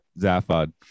Zaphod